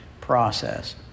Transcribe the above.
process